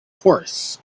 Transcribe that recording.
horse